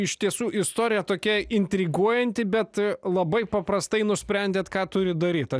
iš tiesų istorija tokia intriguojanti bet labai paprastai nusprendėt ką turit daryt